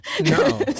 No